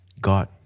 God